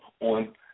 on